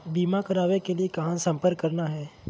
बीमा करावे के लिए कहा संपर्क करना है?